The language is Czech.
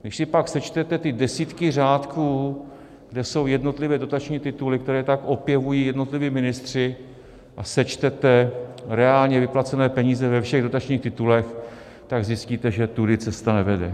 Když si pak sečtete ty desítky řádků, kde jsou jednotlivé dotační tituly, které tak opěvují jednotliví ministři, a sečtete reálně vyplacené peníze ve všech dotačních titulech, tak zjistíte, že tudy cesta nevede.